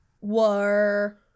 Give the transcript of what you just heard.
War